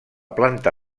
planta